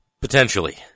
Potentially